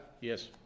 Yes